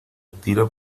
tira